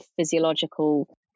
physiological